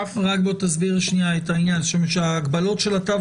תסביר את העניין הזה של ההגבלות של התו